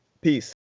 Peace